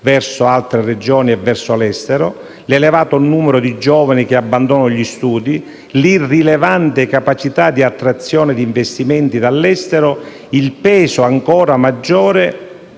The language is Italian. verso altre Regioni e verso l'estero; l'elevato numero di giovani che abbandonano gli studi; l'irrilevante capacità di attrazione di investimenti dall'estero; il peso ancora maggiore,